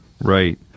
Right